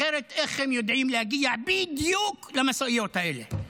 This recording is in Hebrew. אחרת, איך הם יודעים להגיע בדיוק למשאיות האלה?